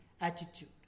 attitude